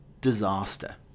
disaster